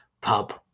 pub